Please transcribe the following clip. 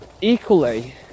equally